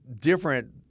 different